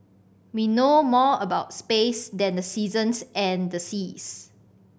we know more about space than the seasons and the seas